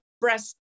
breast